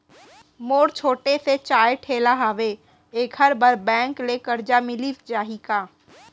मोर छोटे से चाय ठेला हावे एखर बर बैंक ले करजा मिलिस जाही का?